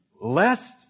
lest